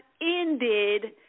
ended